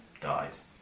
dies